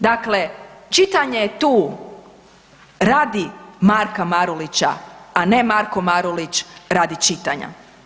Dakle, čitanje je tu radi Marka Marulić, a ne Marko Marulić radi čitanja.